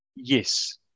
Yes